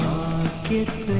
Marketplace